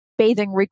Bathing